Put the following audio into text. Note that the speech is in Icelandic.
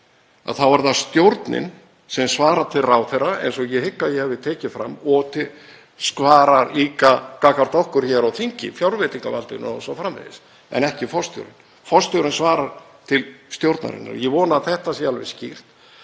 þá er það stjórnin sem svarar til ráðherra, eins og ég hygg að ég hafi tekið fram, og svarar líka gagnvart okkur hér á þinginu, fjárveitingavaldinu o.s.frv., en ekki forstjórinn. Forstjórinn svarar til stjórnarinnar, ég vona að þetta sé alveg skýrt.